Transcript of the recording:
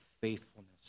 faithfulness